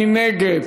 מי נגד?